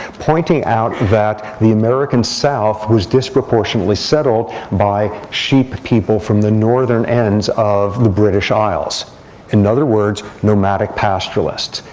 pointing out that the american south was disproportionately settled by sheep people from the northern ends of the british isles in other words, nomadic pastoralists.